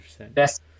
best